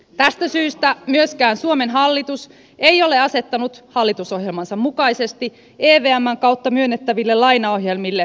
tästä syystä myöskään suomen hallitus ei ole asettanut hallitusohjelmansa mukaisesti evmn kautta myönnettäville lainaohjelmille ehdoksi vakuuksia